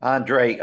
Andre